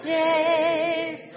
days